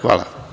Hvala.